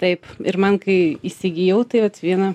taip ir man kai įsigijau tai viena